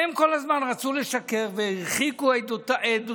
והם כל הזמן רצו לשקר והרחיקו עדותם,